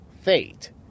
fate